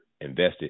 invested